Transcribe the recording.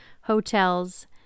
hotels